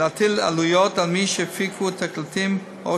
ולהטיל עלויות על מי שהפיקו תקליטים או